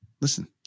Listen